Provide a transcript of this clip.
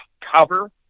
cover